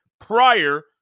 prior